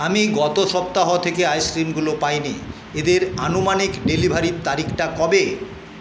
আমি গত সপ্তাহ থেকে আইসক্রিমগুলো পাইনি এদের আনুমানিক ডেলিভারির তারিখটা কবে